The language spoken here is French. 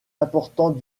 importants